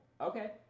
Okay